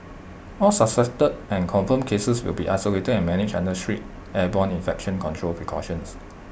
all suspected and confirmed cases will be isolated and managed under strict airborne infection control precautions